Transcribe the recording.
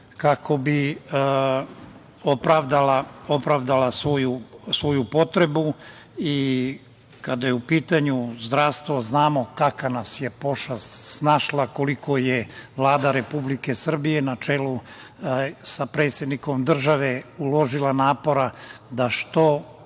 kako bi opravdala svoju potrebu. I kada je u pitanju zdravstvo, znamo kakva nas je pošast snašla, koliko je Vlada Republike Srbije, na čelu sa predsednikom države, uložila napora da što